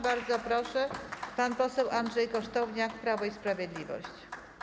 Bardzo proszę, pan poseł Andrzej Kosztowniak, Prawo i Sprawiedliwość.